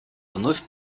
вновь